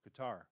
Qatar